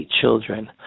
children